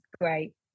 great